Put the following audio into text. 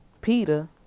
Peter